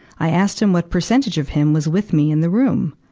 i asked him what percentage of him was with me in the room.